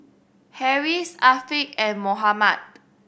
Harris Afiq and Muhammad